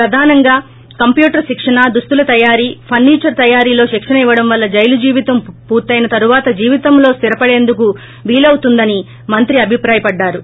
ప్రధానంగా కంప్యుటర్ శిక్షణ దుస్తుల తయారీ ఫర్సిచర్ తయారీలో శిక్షణ ఇవ్వడం వల్ల జైలు జీవితం పూర్తెన తరువాత జీవితంలో స్థిరపడేందుకు వీలవుతుందని మంత్రి అభిప్రాయపడ్డారు